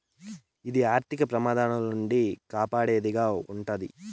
ఇది ఆర్థిక ప్రమాదాల నుండి కాపాడేది గా ఉంటది